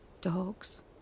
Dogs